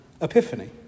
epiphany